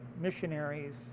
missionaries